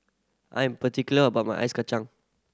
I'm particular about my Ice Kachang